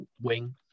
wing